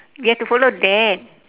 we have to follow that